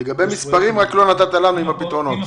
לגבי המספרים, לא נתת לנו את הפתרונות.